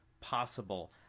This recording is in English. possible